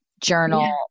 journal